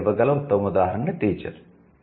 నేను ఇవ్వగల ఉత్తమ ఉదాహరణ 'టీచర్'